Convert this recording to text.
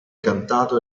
cantato